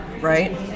right